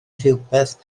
rywbeth